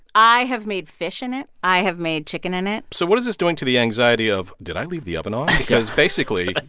i have made fish in it. i have made chicken in it so what is this doing to the anxiety of, did i leave the oven on? because, basically,